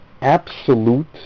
absolute